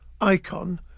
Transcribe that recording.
icon